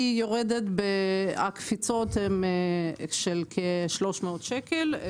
יורדת בקפיצות של כ-300 שקל.